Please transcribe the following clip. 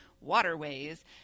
waterways